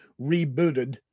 rebooted